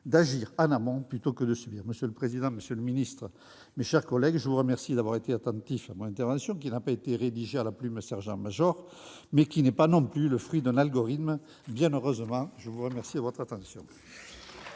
d'agir en amont plutôt que de subir. Monsieur le président, monsieur le secrétaire d'État, mes chers collègues, je vous remercie d'avoir été attentifs à mon intervention, qui n'a pas été rédigée à la plume Sergent-Major, mais qui n'est pas non plus le fruit d'un algorithme, bien heureusement. La parole est à M. le secrétaire